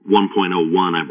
1.01